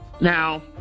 now